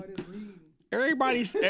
everybody's